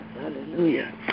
Hallelujah